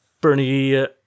Bernie